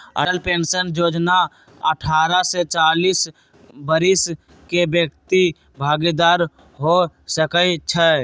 Atal pension जोजना अठारह से चालीस वरिस के व्यक्ति भागीदार हो सकइ छै